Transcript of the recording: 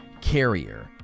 carrier